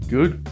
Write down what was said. Good